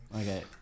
Okay